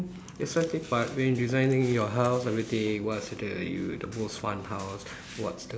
it's okay but when designing your house everything what's the you the most fun house what's the